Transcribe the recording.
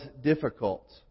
difficult